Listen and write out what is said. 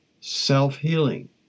self-healing